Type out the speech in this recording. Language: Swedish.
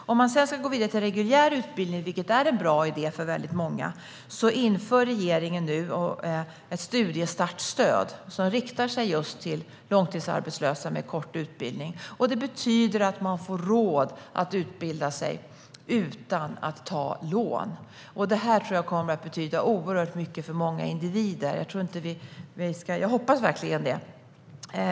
För den som sedan ska gå vidare till reguljär utbildning, vilket är en bra idé för väldigt många, inför regeringen nu ett studiestartsstöd som riktar sig just till långtidsarbetslösa med kort utbildning. Det betyder att man får råd att utbilda sig utan att ta lån. Det tror jag kommer att betyda oerhört mycket för många individer. Jag hoppas verkligen det.